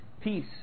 peace